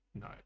no